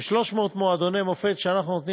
ב-300 מועדוני המופ"ת שאנחנו נותנים